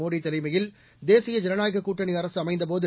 மோடி தலைமையில் தேசிய ஜனநாயக கூட்டணி அரசு அமைந்தபோது